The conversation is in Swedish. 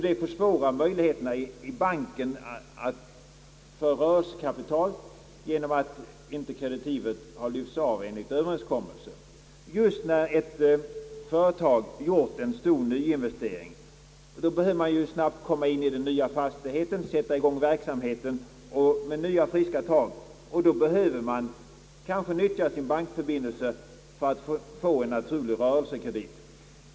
Det försvårar möjligheterna i banken för företagaren att få rörelsekapital genom att inte byggnadskreditivet har lyfts av i rätt tid enligt överenskommelse, Just när ett företag gjort en stor nyinvestering behöver man snabbt komma in i den nya fastigheten och sätta i gång verksamheten med nya friska tag. Då behöver man kanske nyttja sin bankförbindelse för att få en naturlig rörelsekredit.